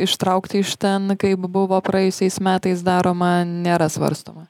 ištraukti iš ten kaip buvo praėjusiais metais daroma nėra svarstoma